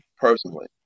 personally